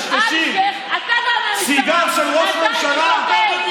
סיגרים של ראש ממשלה.